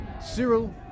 Cyril